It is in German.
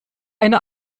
eine